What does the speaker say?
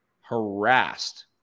harassed